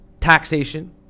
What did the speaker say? Taxation